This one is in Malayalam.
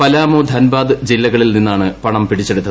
പലാമു ധൻബാദ് ജില്ലകളിൽ നിന്നാണ് പണം പിടിച്ചെടുത്ത്